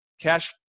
cash